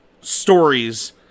stories